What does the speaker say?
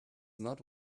not